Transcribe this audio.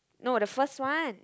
no the first one